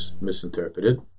misinterpreted